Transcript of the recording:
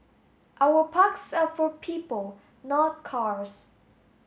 our parks are for people not cars